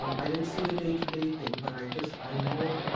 um i didn't see the day-to-day thing but i just, i know,